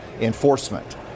enforcement